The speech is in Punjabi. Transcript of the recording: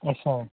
ਅੱਛਾ